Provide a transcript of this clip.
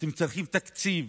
אתם צריכים תקציב,